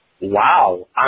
wow